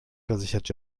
versichert